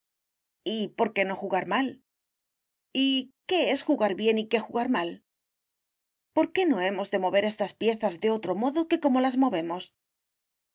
y por qué no jugar mal y qué es jugar bien y qué jugar mal por qué no hemos de mover estas piezas de otro modo que como las movemos